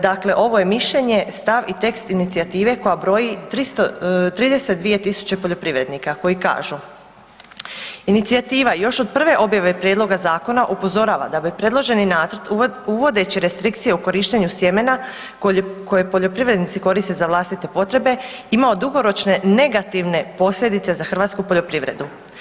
Dakle, ovo je mišljenje, stav i tekst inicijative koja broji 32 000 poljoprivrednika koji kažu: Inicijativa još od prve objave prijedloga zakona upozorava da bi predloženi nacrt uvodeći restrikcije o korištenju sjemena koji poljoprivrednici koriste za vlastite potrebe, imao dugoročne negativne posljedice za hrvatsku poljoprivredu.